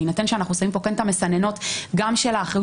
בהינתן שאנחנו שמים פה כן את המסננות גם של אחריות